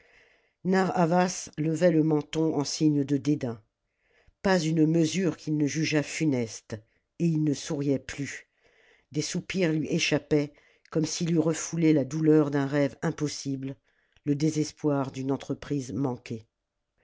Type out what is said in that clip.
narr'havas levait le menton en signe de dédain pas une mesure qu'il ne jugeât fianeste et il ne souriait plus des soupirs lui échappaient comme s'il eût refoulé la douleur d'un rêve impossible le désespoir d'une entreprise manquée